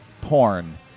porn